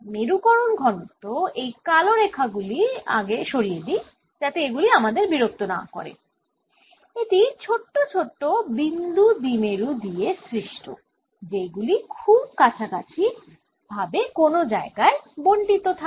মেরুকরণ ঘনত্ব এই কালো রেখাগুলি সরিয়ে আগে সরিয়ে দিই যাতে এগুলি আমাদের বিরক্ত না করে এটি ছোট ছোট বিন্দু দ্বিমেরু দিয়ে সৃষ্ট যেইগুলি খুব কাছাকাছি ভাবে কোনও জায়গায় বণ্টিত থাকে